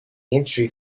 entry